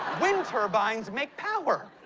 wind turbines make power.